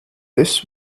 this